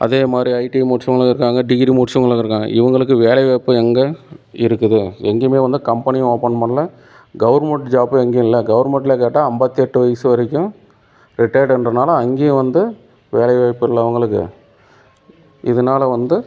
அதே மாரி ஐடிஐ முடிச்சவங்களும் இருக்காங்க டிகிரி முடிச்சவங்களும் இருக்காங்க இவங்களுக்கு வேலைவாய்ப்பு எங்கே இருக்குது எங்கையுமே வந்து கம்பெனியும் ஓப்பன் பண்ணல கவர்மெண்ட் ஜாப்பும் எங்கேயும் இல்லை கவர்மெண்ட்டில கேட்டால் ஐம்பத்தெட்டு வயசு வரைக்கும் ரிட்டையர்டுன்றனால அங்கேயும் வந்து வேலைவாய்ப்பு இல்லை அவங்களுக்கு இதனால வந்து